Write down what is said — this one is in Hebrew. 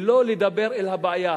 ולא לדבר על הבעיה.